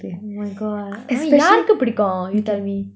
oh my god யாருக்கு பிடிக்கும்:yaaruku pidikum you tell me